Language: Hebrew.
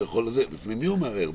בפני מי הוא מערער?